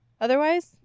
otherwise